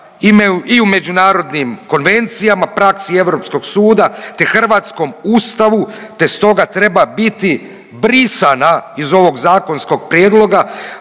i u međunarodnim konvencijama, praksi Europskog suda, te hrvatskom Ustavu te stoga treba biti brisana iz ovog zakonskog prijedloga